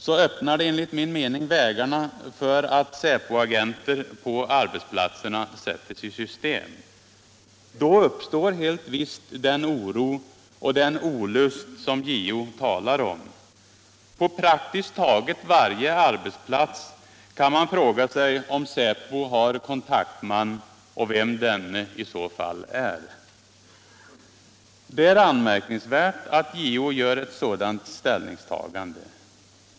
Då - männens verksamuppstår helt visst den oro och den olust som JO talar om. På praktiskt — het taget varje arbetsplats kan man fråga sig om Säpo har kontaktman och vem denne i så fall är. Det är anmärkningsvärt att JO gör ett sådant ställningstagande.